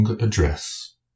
Address